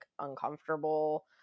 uncomfortable